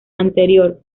anterior